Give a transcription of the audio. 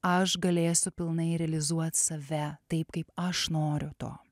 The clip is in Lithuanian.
aš galėsiu pilnai realizuot save taip kaip aš noriu to